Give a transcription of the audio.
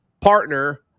partner